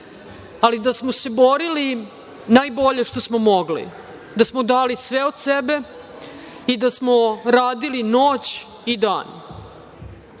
ali da smo se borili najbolje što smo mogli, da smo dali sve od sebe i da smo radili noć i dan.